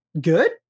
good